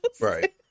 right